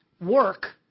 work